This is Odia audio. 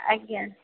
ଆଜ୍ଞା